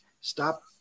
Stop